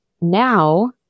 now